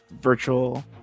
virtual